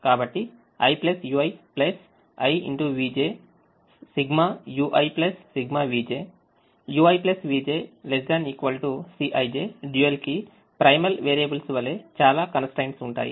కాబట్టి Σ ui Σ vj ui vj ≤ Cijdual కి primal variables వలె చాలా constraints ఉంటాయి